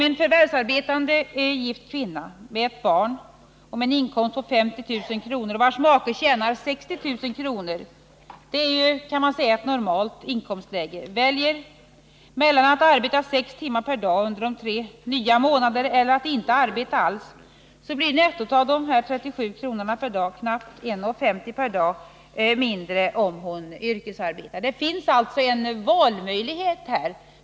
En förvärvsarbetande gift kvinna med ett barn och med en inkomst på 50 000 kr., vars make tjänar 60 000 kr. — det är ett normalt inkomstläge — kan välja mellan att arbeta sex timmar per dag under tre ”nya” månader eller att inte arbeta alls. Om hon yrkesarbetar blir nettot efter tillskottet av de 37 kr. per dag knappt 1:50 kr. mindre per dag jämfört med den tidigare inkomsten. Det finns alltså en valmöjlighet.